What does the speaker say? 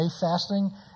fasting